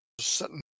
Sitting